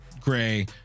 Gray